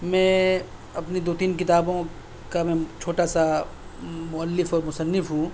میں اپنی دو تین کتابوں کا میں چھوٹا سا مؤلف اور مصنف ہوں